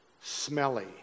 smelly